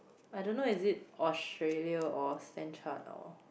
I don't know is it Australia or stand chart